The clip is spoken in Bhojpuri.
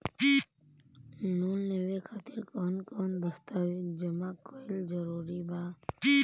लोन लेवे खातिर कवन कवन दस्तावेज जमा कइल जरूरी बा?